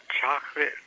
chocolate